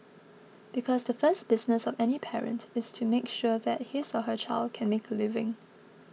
because the first business of any parent is to make sure that his or her child can make a living